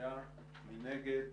מי נגד?